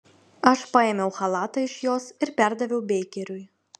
aš paėmiau chalatą iš jos ir perdaviau beikeriui